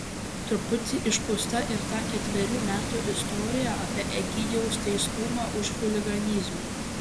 truputį išpūsta ir ta ketverių metų istorija apie egidijaus teistumą už chuliganizmą